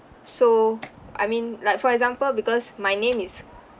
so I mean like for example because my name is